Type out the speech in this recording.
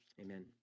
Amen